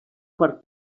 quart